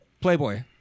playboy